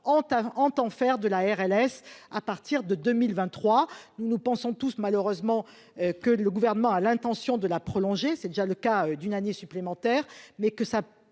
entend faire de la RLS à partir de 2023 nous nous pensons tous malheureusement que le gouvernement a l'intention de la prolonger, c'est déjà le cas d'une année supplémentaire, mais que ça